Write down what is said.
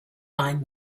find